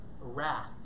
wrath